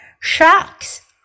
Sharks